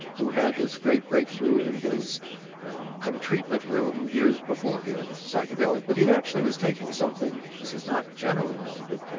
who had this great breakthrough in his kind of treatment room years before he had a psychedelic, but he actually was taking something. this is not generally known, but